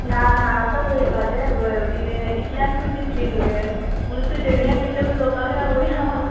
ना ना आतां वयपाचें हें बय इरे इतल्यान तूं दिसली न्हू गे म्हुणू तुजे कडेन म्हटलें उलोवपाक रावुया